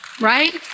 right